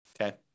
Okay